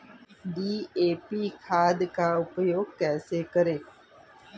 DAP खाद का उपयोग कैसे करें?